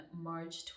March